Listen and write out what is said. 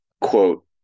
quote